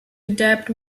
adopt